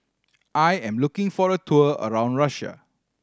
I am looking for a tour around Russia